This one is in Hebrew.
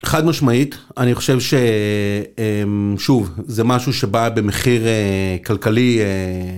חד משמעית. אני חושב ש... שוב, זה משהו שבא במחיר כלכלי אה...